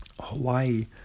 Hawaii